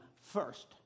first